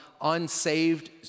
unsaved